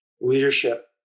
leadership